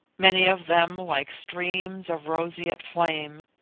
many of them like streams of roseate flame,